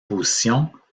positions